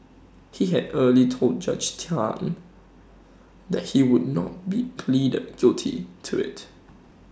he had earlier told Judge Tan that he would not be pleading guilty to IT